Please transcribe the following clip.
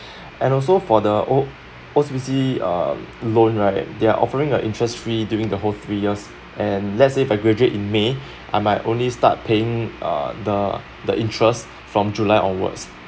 and also for the O O_C_B_C uh loan right they are offering a interest free during the whole three years and let's say if I graduate in may I might only start paying uh the the interest from july on wards